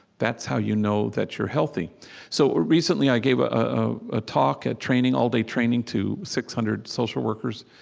that's how you know that you're healthy so ah recently, i gave ah ah a talk, a training, an all-day training to six hundred social workers,